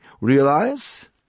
realize